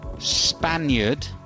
Spaniard